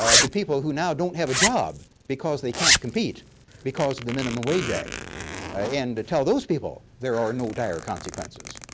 ah the people who now don't have a job because they can't compete because of the minimum wage act and to tell those people there are no dire consequences.